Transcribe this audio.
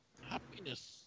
Happiness